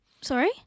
Sorry